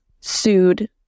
sued